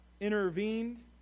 intervened